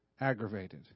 aggravated